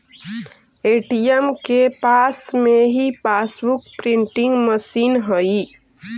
ATM के पास में ही पासबुक प्रिंटिंग मशीन हई